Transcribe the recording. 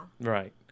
right